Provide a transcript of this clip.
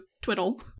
Twiddle